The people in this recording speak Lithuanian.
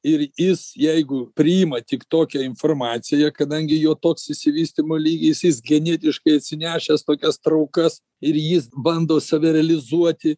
ir jis jeigu priima tik tokią informaciją kadangi jo toks išsivystymo lygis jis genetiškai atsinešęs tokias traukas ir jis bando save realizuoti